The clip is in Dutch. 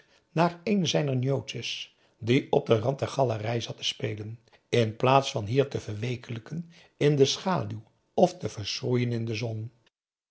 naar een zijner njootjes die op den rand der galerij zat te spelen in plaats van hier te verweekelijken in de schaduw of te verschroeien in de zon